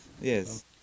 yes